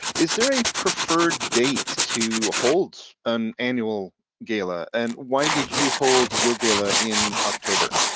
is there a preferred date to hold an annual gala? and why did you hold your gala in october?